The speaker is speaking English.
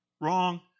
wrong